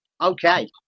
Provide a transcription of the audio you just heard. Okay